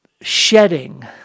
shedding